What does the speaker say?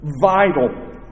vital